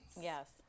Yes